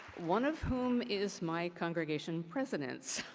one of whom is my congregation president.